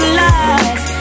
lies